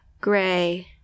gray